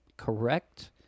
Correct